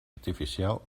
artificial